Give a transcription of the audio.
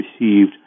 received